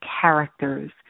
characters